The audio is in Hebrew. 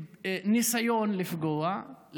ניסיון לפגוע,